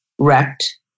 Wrecked